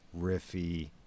Riffy